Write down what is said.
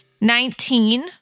Nineteen